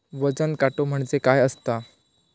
वजन काटो म्हणजे काय असता?